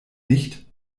nicht